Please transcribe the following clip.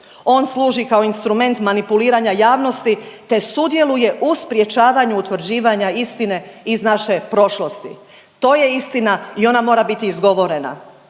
On služi kao instrument manipuliranja javnosti te sudjeluje u sprječavanju utvrđivanja istine iz naše prošlosti. To je istina i ona mora biti izgovorena.